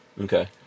Okay